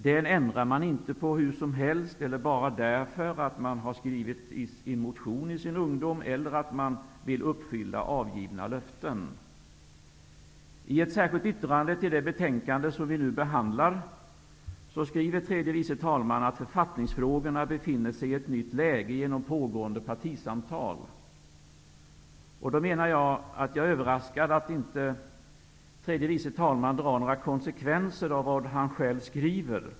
Den ändrar man inte hur som helst eller bara därför att man i sin ungdom har skrivit en motion eller för att man vill uppfylla avgivna löften. I ett särskilt yttrande till det betänkande som vi nu behandlar skriver tredje vice talman att författningsfrågorna befinner sig i ett nytt skede genom pågående partisamtal. Jag är överraskad av att tredje vice talman inte drar några konsekvenser av vad han själv har skrivit.